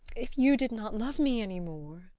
if you did not love me any more.